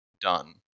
done